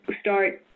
start